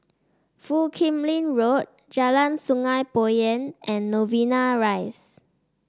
Foo Kim Lin Road Jalan Sungei Poyan and Novena Rise